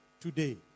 today